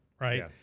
right